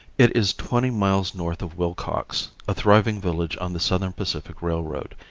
it is twenty miles north of willcox, a thriving village on the southern pacific railroad,